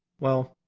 well,